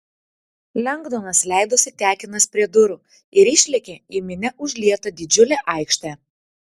lengdonas leidosi tekinas prie durų ir išlėkė į minia užlietą didžiulę aikštę